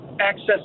access